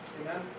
Amen